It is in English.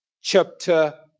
chapter